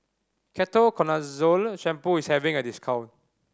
Ketoconazole Shampoo is having a discount